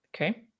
Okay